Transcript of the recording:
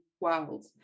world